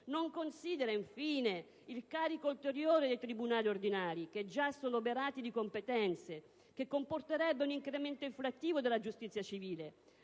Non considera, infine, il carico ulteriore dei tribunali ordinari - già oberati di competenze - che comporterebbe un incremento inflattivo della giustizia civile